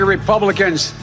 Republicans